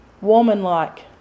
womanlike